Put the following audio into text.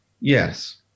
Yes